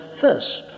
first